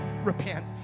Repent